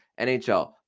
NHL